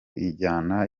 injyana